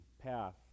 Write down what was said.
path